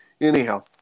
Anyhow